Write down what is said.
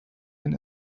been